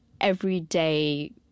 everyday